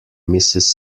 mrs